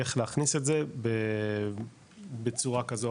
איך להכניס את זה בצורה כזו,